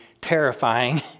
terrifying